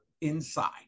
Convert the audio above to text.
inside